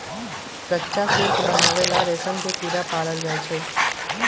कच्चा सिल्क बनावे ला रेशम के कीड़ा पालल जाई छई